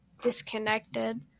disconnected